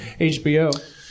HBO